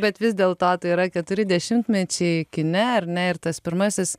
bet vis dėlto tai yra keturi dešimtmečiai kine ar ne ir tas pirmasis